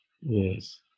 Yes